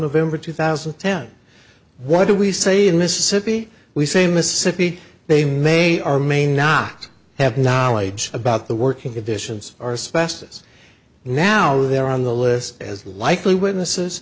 november two thousand and ten what do we say in mississippi we say mississippi they may or may not have knowledge about the working conditions or specimens now they're on the list as the likely witnesses